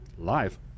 live